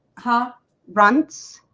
huh grunts.